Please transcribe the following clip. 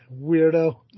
weirdo